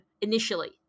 initially